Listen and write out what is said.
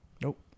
Nope